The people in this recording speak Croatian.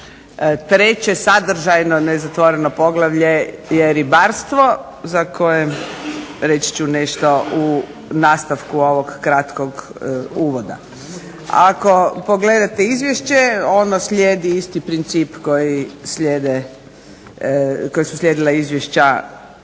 Treće sadržajno nezatvoreno poglavlje je Ribarstvo za koje reći ću nešto u nastavku ovog kratkog uvoda. Ako pogledate Izvješće ono slijedi isti princip koji su slijedila izvješća